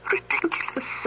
Ridiculous